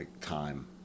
time